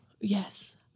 yes